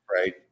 Right